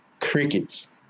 crickets